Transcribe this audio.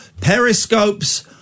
Periscopes